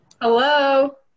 Hello